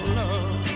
love